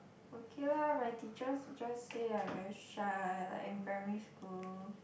okay lah my teachers just say I very shy like in primary school